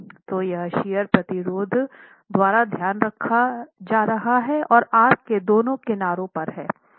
तो यह शियर प्रतिरोध द्वारा ध्यान रखा जा रहा है जो आर्क के दोनों किनारों पर हैं